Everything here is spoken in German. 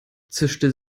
zischte